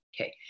Okay